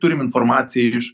turim informaciją iš